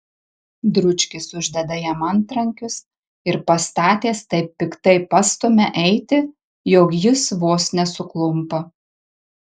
dručkis uždeda jam antrankius ir pastatęs taip piktai pastumia eiti jog jis vos nesuklumpa